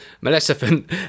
Maleficent